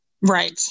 Right